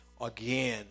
again